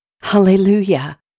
Hallelujah